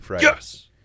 yes